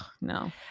No